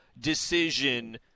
decision